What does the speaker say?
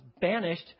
banished